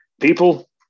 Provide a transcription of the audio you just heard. people